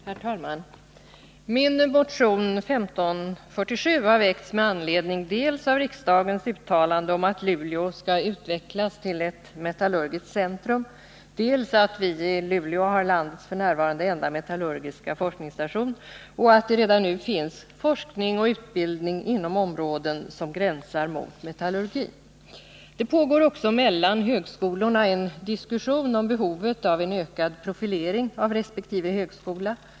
Herr talman! Min motion 1547 har väckts dels med anledning av riksdagens uttalande om att Luleå skall utvecklas till ett metallurgiskt centrum, dels med anledning av att vi i Luleå har landets f.n. enda metallurgiska forskningsstation och att det redan nu finns forskning och utbildning inom områden som gränsar mot metallurgi. Det pågår också mellan högskolorna en diskussion om behovet av en ökad profilering av resp. högskola.